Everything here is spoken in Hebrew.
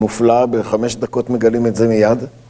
מופלאה, בחמש דקות מגלים את זה מיד.